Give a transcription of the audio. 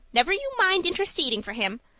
never you mind interceding for him.